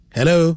Hello